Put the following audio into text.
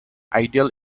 ideal